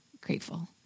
grateful